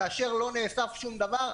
כאשר לא נאסף שום דבר,